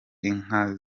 inka